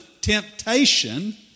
temptation